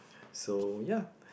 so ya